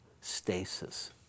stasis